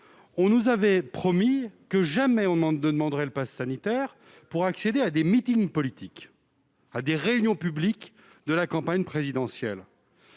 on nous avait promis que jamais on ne demanderait le passe sanitaire pour accéder à des meetings politiques ou des réunions publiques organisées à l'occasion de la campagne présidentielle.